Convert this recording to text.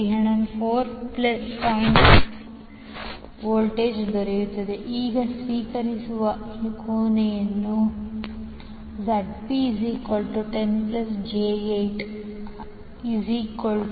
6VA ಈಗ ಸ್ವೀಕರಿಸುವ ಕೊನೆಯಲ್ಲಿ Zp10j812